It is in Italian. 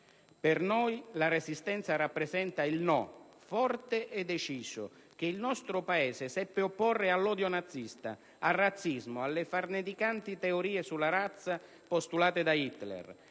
Per noi la Resistenza rappresenta il no, forte e deciso, che il nostro Paese seppe opporre all'odio nazista, al razzismo, alle farneticanti teorie sulla razza postulate da Hitler.